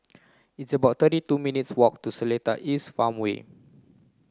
it's about thirty two minutes' walk to Seletar East Farmway